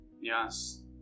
Yes